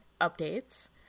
updates